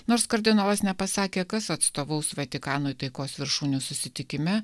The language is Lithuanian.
nors kardinolas nepasakė kas atstovaus vatikanui taikos viršūnių susitikime